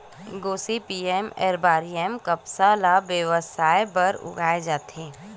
Gossypium arboreum कपसा ल बेवसाय बर उगाए जाथे